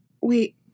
Wait